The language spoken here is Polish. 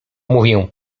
mówię